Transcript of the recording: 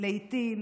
לעיתים